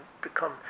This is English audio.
become